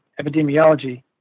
epidemiology